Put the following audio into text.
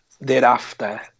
thereafter